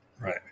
Right